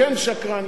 כן שקרן,